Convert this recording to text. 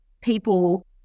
people